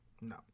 No